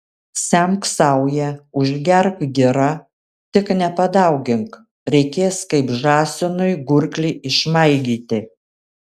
semk sauja užgerk gira tik nepadaugink reikės kaip žąsinui gurklį išmaigyti